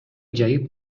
жайып